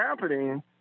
happening